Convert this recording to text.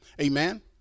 Amen